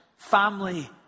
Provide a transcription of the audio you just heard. Family